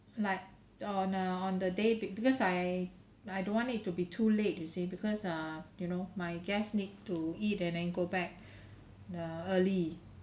like on a on the day be~ because I I don't want it to be too late you see because err you know my guests need to eat and then go back uh early